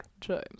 James